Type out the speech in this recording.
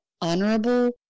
honorable